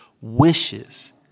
wishes